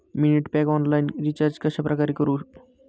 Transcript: मी net pack online recharge कशाप्रकारे करु?